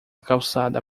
calçada